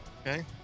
Okay